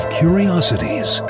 curiosities